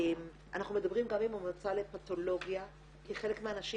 אנחנו מדברים גם עם המועצה לפתולוגיה כי חלק מהנשים